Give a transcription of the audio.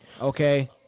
Okay